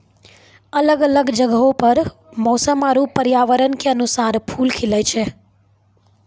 अलग अलग जगहो पर मौसम आरु पर्यावरण क अनुसार फूल खिलए छै